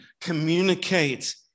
communicate